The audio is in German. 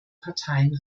parteien